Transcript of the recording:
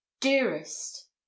Dearest